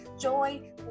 joy